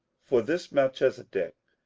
for this melchisedec,